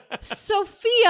Sophia